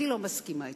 אני לא מסכימה אתך,